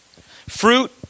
Fruit